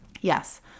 Yes